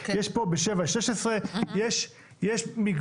ב-7 16. יש מגוון.